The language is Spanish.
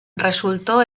resultó